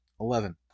Eleven